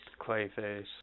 Clayface